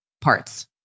parts